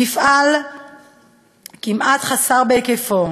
מפעל כמעט חסר תקדים בהיקפו: